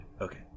Okay